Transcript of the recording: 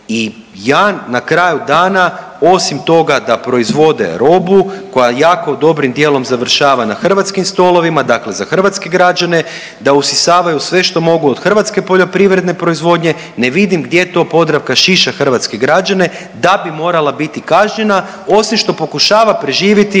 I ja na kraju dana osim toga da proizvode robu koja jako dobrim dijelom završava na hrvatskim stolovima, dakle za hrvatske građane, da usisavaju sve što mogu od hrvatske poljoprivredne proizvodnje ne vidim gdje to Podravka šiša hrvatske građane da bi morala biti kažnjena, osim što pokušava preživjeti